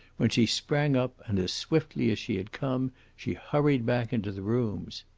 when she sprang up and as swiftly as she had come she hurried back into the rooms.